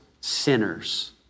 sinners